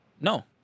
No